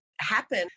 happen